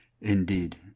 Indeed